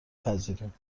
پذیریم